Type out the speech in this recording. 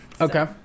okay